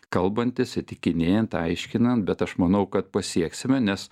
kalbantis įtikinėjant aiškinant bet aš manau kad pasieksime nes